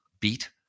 beat